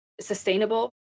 sustainable